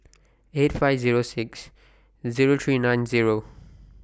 eight five Zero six Zero three nine Zero